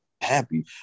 happy